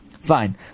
Fine